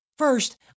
First